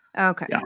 Okay